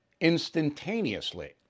instantaneously